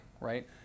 right